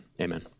Amen